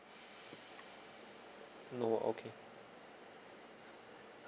no okay